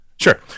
Sure